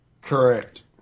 Correct